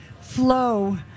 flow